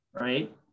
right